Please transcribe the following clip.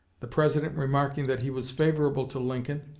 the president remarking that he was favorable to lincoln,